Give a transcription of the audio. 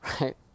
right